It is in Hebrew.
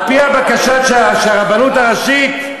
על-פי הבקשה של הרבנות הראשית,